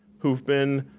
who've been